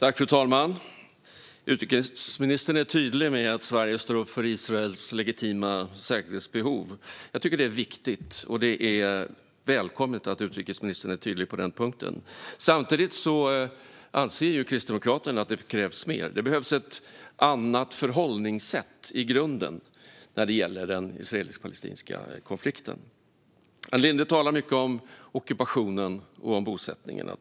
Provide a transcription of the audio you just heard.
Fru talman! Utrikesministern är tydlig med att Sverige står upp för Israels legitima säkerhetsbehov. Jag tycker att det är viktigt, och det är välkommet att utrikesministern är tydlig på den punkten. Samtidigt anser Kristdemokraterna att det krävs mer. Det behövs ett annat förhållningssätt i grunden när det gäller den israelisk-palestinska konflikten. Ann Linde talar mycket om ockupationen och om bosättningarna.